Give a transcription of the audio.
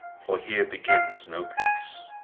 for here begins no peace.